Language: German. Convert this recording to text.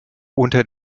unter